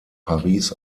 paris